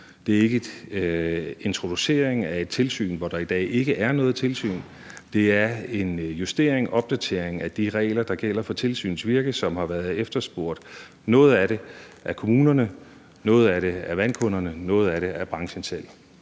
det er ikke en introduktion af et tilsyn, hvor der i dag ikke er noget tilsyn. Det er en justering og en opdatering af de regler, der gælder for tilsynets virke, og som har været efterspurgt – noget af det af kommunerne, noget af det af vandkunderne og noget af det af branchen selv.